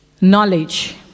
knowledge